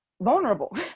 vulnerable